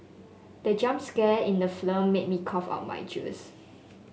the jump scare in the film made me cough out my juice